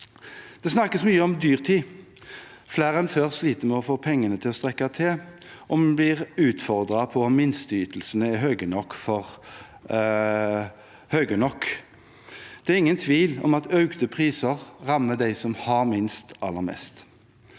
Det snakkes mye om dyrtid. Flere enn før sliter med å få pengene til å strekke til, og vi blir utfordret på om minsteytelsene er høye nok. Det er ingen tvil om at økte priser rammer dem som har minst, aller mest.